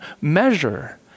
measure